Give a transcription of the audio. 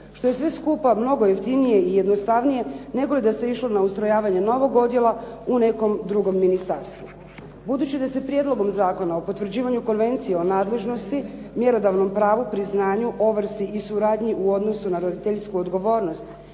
Što je sve skupa mnogo jeftinije i jednostavnije negoli da se išlo na ustrojavanje novog odjela u nekom drugom ministarstvu. Budući da se Prijedlogom Zakona o potvrđivanju konvencije o nadležnosti mjerodavnom pravu, priznanju, ovrsi i suradnji u odnosu na roditeljsku odgovornost